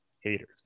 haters